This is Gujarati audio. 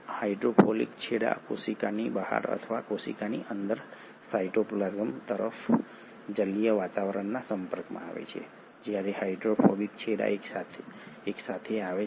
હાઇડ્રોફિલિક છેડા કોશિકાની બહાર અથવા કોશિકાની અંદર સાઇટોપ્લાઝમ તરફ જલીય વાતાવરણના સંપર્કમાં આવે છે જ્યારે હાઇડ્રોફોબિક છેડા એકસાથે આવે છે